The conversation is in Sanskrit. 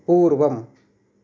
पूर्वम्